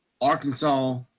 Arkansas